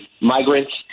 migrants